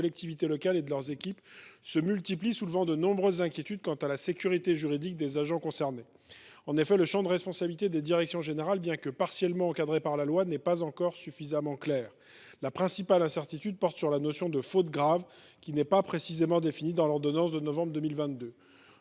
collectivités locales et de leurs équipes se multiplient, ce qui soulève de nombreuses inquiétudes quant à la sécurité juridique des agents concernés. En effet, le champ des responsabilités des directions générales, bien que partiellement encadré par la loi, n’est pas encore suffisamment clair. La principale incertitude porte sur la notion de faute grave, qui n’est pas précisément définie dans l’ordonnance de novembre 2022.